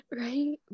right